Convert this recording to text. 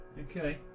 okay